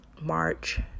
march